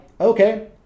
Okay